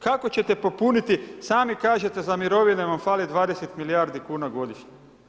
Kako ćete popuniti, sami kažete za mirovine vam fali 20 milijardi kuna godišnje?